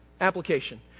application